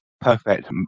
perfect